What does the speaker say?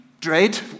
dread